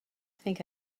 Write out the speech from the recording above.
think